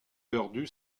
perdu